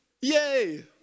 Yay